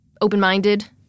open-minded